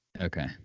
Okay